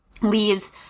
leaves